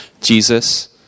Jesus